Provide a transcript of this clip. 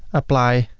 apply.